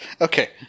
Okay